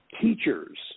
teachers